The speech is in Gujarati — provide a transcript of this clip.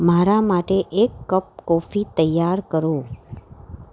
મારા માટે એક કપ કોફી તૈયાર કરો